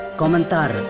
komentar